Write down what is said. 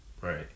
Right